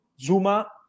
Zuma